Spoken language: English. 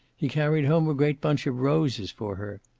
he carried home a great bunch of roses for her.